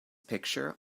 picture